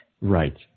Right